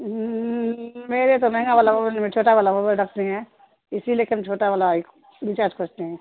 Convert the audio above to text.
میرے تو مہنگا والا چھوٹا والا و رکھتے ہیں اسی لیے کہ ہم چھوٹا والا انچارج کرتے ہیں